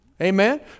Amen